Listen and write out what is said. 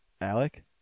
Alec